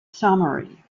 summary